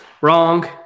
Wrong